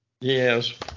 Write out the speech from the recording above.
Yes